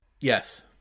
Yes